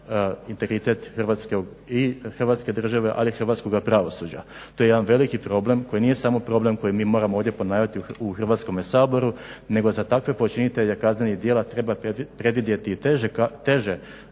integritet i Hrvatske države, ali i hrvatskoga pravosuđa. To je jedan veliki problem koji nije samo problem koji mi moramo ovdje ponavljati u Hrvatskome saboru nego za takve počinitelje kaznenih djela treba predvidjeti i teže